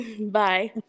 Bye